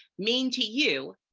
mean to you,